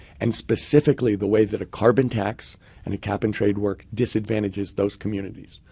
and specifically, the way that a carbon tax and a cap in trade work disadvantages those communities.